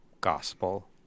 gospel